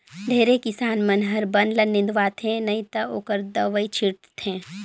ढेरे किसान मन हर बन ल निंदवाथे नई त ओखर दवई छींट थे